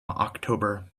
october